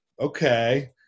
Okay